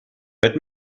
but